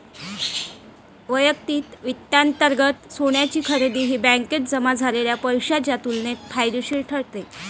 वैयक्तिक वित्तांतर्गत सोन्याची खरेदी ही बँकेत जमा झालेल्या पैशाच्या तुलनेत फायदेशीर ठरते